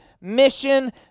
mission